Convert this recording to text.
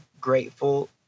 grateful